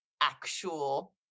actual